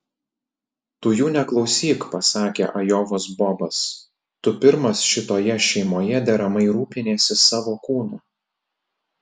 tu jų neklausyk pasakė ajovos bobas tu pirmas šitoje šeimoje deramai rūpiniesi savo kūnu